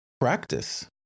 Practice